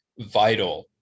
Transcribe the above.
vital